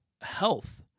health